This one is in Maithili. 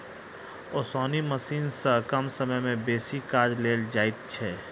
ओसौनी मशीन सॅ कम समय मे बेसी काज लेल जाइत छै